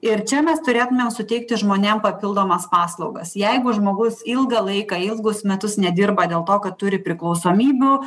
ir čia mes turėtumėm suteikti žmonėm papildomas paslaugas jeigu žmogus ilgą laiką ilgus metus nedirba dėl to kad turi priklausomybių